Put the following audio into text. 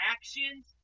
Actions